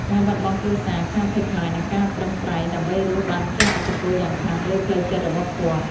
ការបាត់បង់គ្រួសារ ការភ័យខ្លាច និងការប្រឹងប្រែងដើម្បីរស់បានជះឥទ្ធិពលយ៉ាងខ្លាំងលើផ្លូវចិត្តរបស់គាត់។